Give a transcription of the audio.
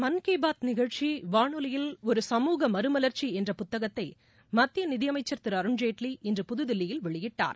மன் கி பாத் நிகழ்ச்சி வானொலியில் ஒரு சமூக மறுமலர்ச்சி என்ற புத்தகத்தை மத்திய நிதியமைச்சர் திரு அருண்ஜேட்லி இன்று புதுதில்லியில் வெளியிட்டார்